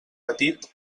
petit